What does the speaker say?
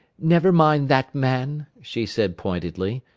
never mind that man, she said pointedly.